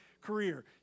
career